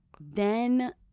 then-